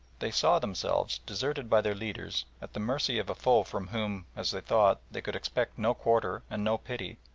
they saw themselves, deserted by their leaders, at the mercy of a foe from whom, as they thought, they could expect no quarter and no pity,